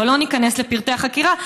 אבל לא ניכנס לפרטי החקירה.